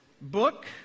book